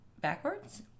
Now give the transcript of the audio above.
backwards